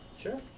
Sure